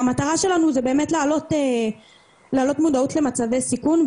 והמטרה שלנו זה באמת להעלות מודעות למצבי סיכון,